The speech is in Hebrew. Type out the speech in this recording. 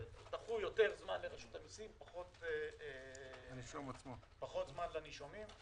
דחו יותר זמן לרשות המיסים ופחות זמן לנישומים.